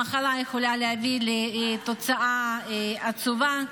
המחלה יכולה להביא לתוצאה עצובה.